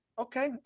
okay